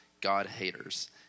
God-haters